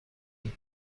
اند